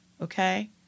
okay